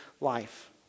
life